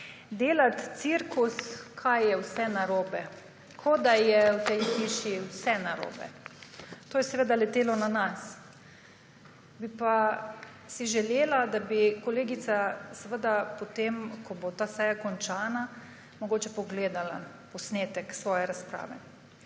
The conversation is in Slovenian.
»delati cirkus, kaj je vse narobe, kot da je v tej hiši vse narobe«. To je seveda letelo na nas. Bi si pa želela, da bi kolegica potem, ko bo ta seja končana, mogoče pogledala posnetek svoje razprave.